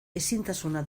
ezintasuna